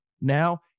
Now